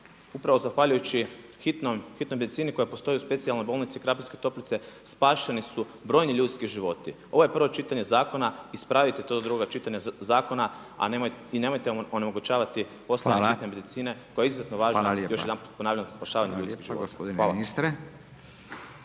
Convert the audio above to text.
upravo zahvaljujući hitnoj medicini koja postoji u Specijalnoj bolnici Krapinske Toplice spašeni su brojni ljudski životi. Ovo je prvo čitanje zakona ispravite to do drugog čitanja zakona, a nemojte onemogućavati poslove hitne medicine koja je izuzetno važna, još jedanput ponavljam za spašavanje ljudskih života.